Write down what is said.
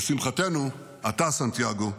לשמחתנו אתה, סנטיאגו,